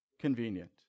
convenient